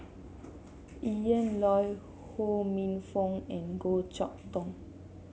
Ian Loy Ho Minfong and Goh Chok Tong